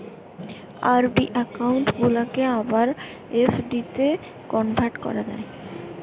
RD account গুলাকে আবার এফ.ডিতে কনভার্ট করা যায়